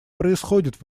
происходят